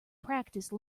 practice